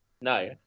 No